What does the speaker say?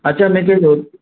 अच्छा निकिरंदो